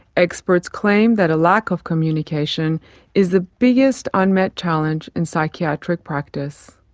experts claim that a lack of communication is the biggest unmet challenge in psychiatric practice.